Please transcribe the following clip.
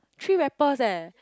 three rappers eh